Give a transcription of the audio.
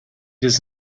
does